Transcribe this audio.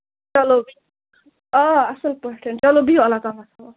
چلو آ اَصٕل پٲٹھۍ چلو بِہِو اَللہ تالَہس حوال